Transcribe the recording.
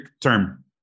term